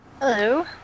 Hello